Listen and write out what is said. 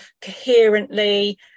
coherently